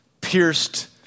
pierced